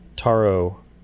Taro